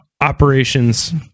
operations